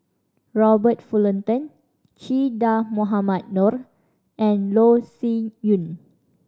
Robert Fullerton Che Dah Mohamed Noor and Loh Sin Yun